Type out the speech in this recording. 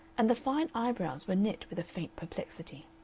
and the fine eyebrows were knit with a faint perplexity.